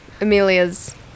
Amelia's